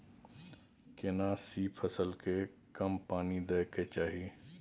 केना सी फसल के कम पानी दैय के चाही?